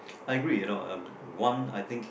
I agree you know um one I think